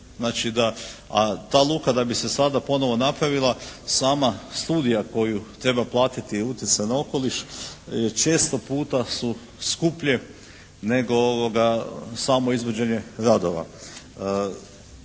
znači da, a ta luka da bi se sada ponovo napravila, sama studija koju treba platiti i utjecaj na okoliš je često puta su skuplje nego samo izvođenje radova.